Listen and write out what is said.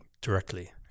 directly